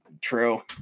True